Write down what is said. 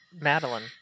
Madeline